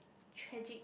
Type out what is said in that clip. tragic